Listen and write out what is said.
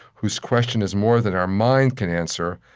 whose question is more than our mind can answer,